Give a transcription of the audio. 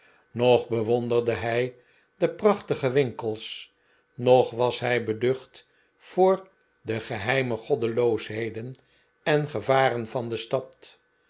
nog bewonderde hij de prachtige winkels nog was hij beducht voor de geheime goddeloosheden en gevaren van de stad